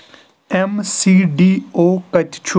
M C D O کَتہِ چھُ